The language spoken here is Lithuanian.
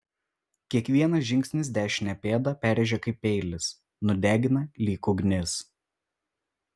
kiekvienas žingsnis dešinę pėdą perrėžia kaip peilis nudegina lyg ugnis